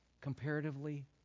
comparatively